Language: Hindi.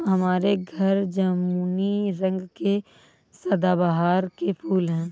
हमारे घर जामुनी रंग के सदाबहार के फूल हैं